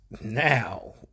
now